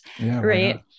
Right